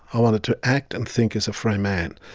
i wanted to act and think as a free man.